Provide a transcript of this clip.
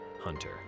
hunter